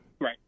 Right